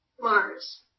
Mars